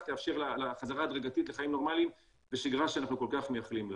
תאפשר לחזרה הדרגתית לחיים נורמליים ושגרה שאנחנו כל כך מייחלים לה.